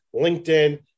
LinkedIn